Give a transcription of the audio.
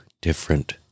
different